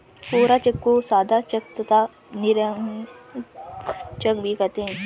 कोरा cheque को सादा cheque तथा निरंक चेक भी कहते हैं